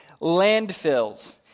landfills